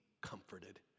comforted